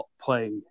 play